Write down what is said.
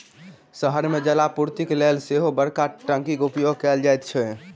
शहर मे जलापूर्तिक लेल सेहो बड़का टंकीक उपयोग कयल जाइत छै